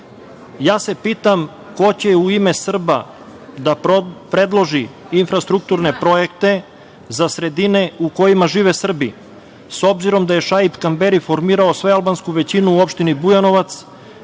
se ko će u ime Srba da predloži infrastrukturne projekte za sredine u kojima žive Srbi, s obzirom da je Šaip Kamberi formirao svealbansku većinu u opštini Bujanovac